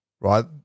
right